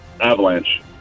Avalanche